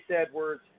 Edwards